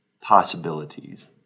possibilities